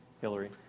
Hillary